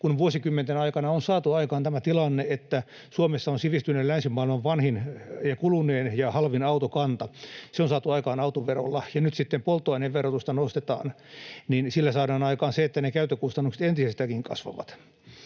kun vuosikymmenten aikana on saatu aikaan tämä tilanne, että Suomessa on sivistyneen länsimaailman vanhin ja kulunein ja halvin autokanta. Se on saatu aikaan autoverolla, ja kun nyt sitten polttoaineen verotusta nostetaan, niin sillä saadaan aikaan se, että ne käyttökustannukset entisestäänkin kasvavat.